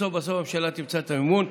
בסוף בסוף הממשלה תמצא את המימון.